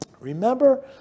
Remember